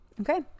okay